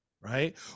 right